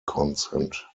consent